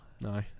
No